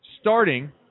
starting